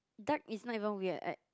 duck is not even weird right